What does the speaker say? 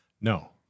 No